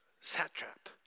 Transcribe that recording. satrap